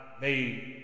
made